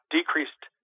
decreased